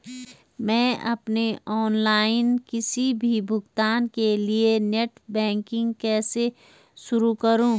मैं अपने ऑनलाइन किसी भी भुगतान के लिए नेट बैंकिंग कैसे शुरु करूँ?